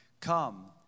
come